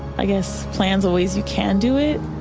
i guess plans ways you can do it.